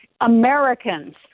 Americans